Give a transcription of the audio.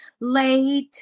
late